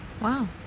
wow